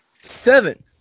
Seven